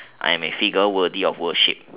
I am a figure worthy of worship